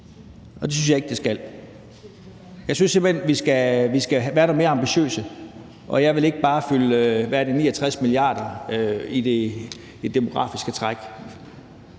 og det synes jeg ikke det skal. Jeg synes simpelt hen, vi skal være noget mere ambitiøse, og jeg vil ikke bare fylde, er det 69 mia. kr. i det demografiske træk.